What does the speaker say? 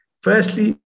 Firstly